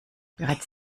bereits